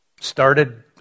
started